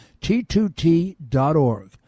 T2T.org